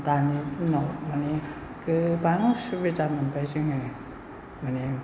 दानि दिनाव माने गोबां सुबिदा मोनबाय जोङो माने